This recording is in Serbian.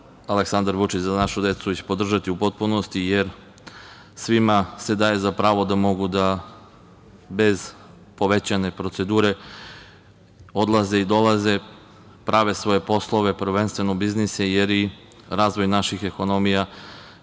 Aleksandar Vučić – Za našu decu podržati u potpunosti, jer svima se daje za pravo da mogu da bez povećane procedure odlaze i dolaze, prave svoje poslove, prvenstveno biznise, jer razvoj naših ekonomija,